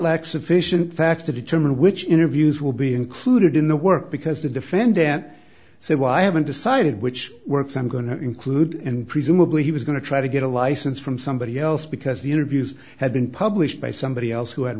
lacks sufficient facts to determine which interviews will be included in the work because the defendant say why haven't decided which works i'm going to include and presumably he was going to try to get a license from somebody else because the interviews have been published by somebody else who had